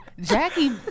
Jackie